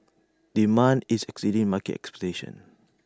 demand is exceeding market expectations